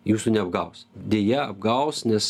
jūsų neapgaus deja apgaus nes